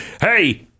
hey